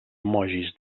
emojis